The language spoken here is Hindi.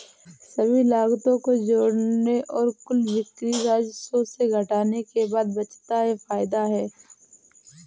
सभी लागतों को जोड़ने और कुल बिक्री राजस्व से घटाने के बाद बचता है फायदा है